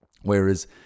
whereas